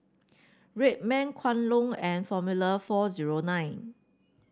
Red Man Kwan Loong and Formula four zero nine